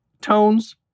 Tones